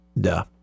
Duh